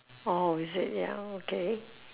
orh is it ya okay